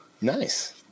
nice